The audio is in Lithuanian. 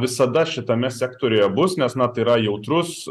visada šitame sektoriuje bus nes na tai yra jautrus